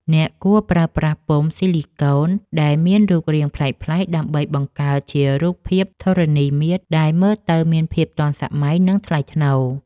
អ្នកគួរប្រើប្រាស់ពុម្ពស៊ីលីកូនដែលមានរូបរាងប្លែកៗដើម្បីបង្កើតជារូបភាពធរណីមាត្រដែលមើលទៅមានភាពទាន់សម័យ និងថ្លៃថ្នូរ។